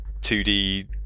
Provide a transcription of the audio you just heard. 2D